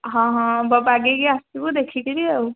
ହଁ ହଁ ବାଗେଇକି ଆସିବୁ ଦେଖିକରି ଆଉ